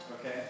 okay